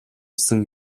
сан